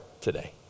today